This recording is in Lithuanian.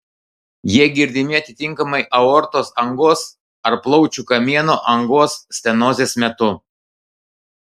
jie girdimi atitinkamai aortos angos ar plaučių kamieno angos stenozės metu